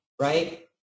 right